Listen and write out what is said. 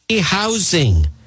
housing